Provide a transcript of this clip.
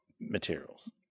materials